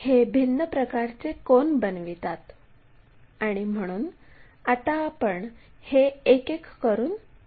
आपण c हा आडव्या प्लेनमध्ये असल्याचे पाहू शकतो